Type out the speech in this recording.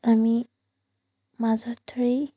আমি মাজত ধৰি